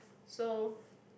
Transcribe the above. so